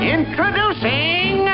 Introducing